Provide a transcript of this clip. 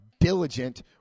diligent